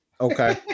Okay